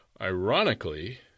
ironically